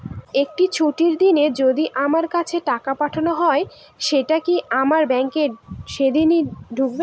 একটি ছুটির দিনে যদি আমার কাছে টাকা পাঠানো হয় সেটা কি আমার ব্যাংকে সেইদিন ঢুকবে?